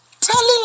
Telling